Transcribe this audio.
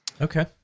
Okay